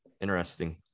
Interesting